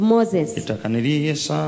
Moses